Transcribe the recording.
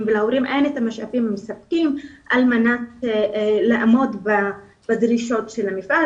ולהורים אין את המשאבים המספקים על מנת לעמוד בדרישות המפעל,